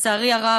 לצערי הרב.